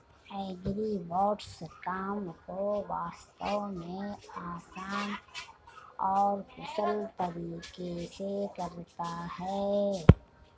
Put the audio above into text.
agribots काम को वास्तव में आसान और कुशल तरीके से करता है